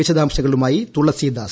വിശദാംശങ്ങളുമായി തുളസീദാസ്